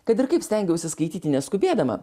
kad ir kaip stengiausi skaityti neskubėdama